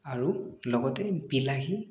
আৰু লগতে বিলাহী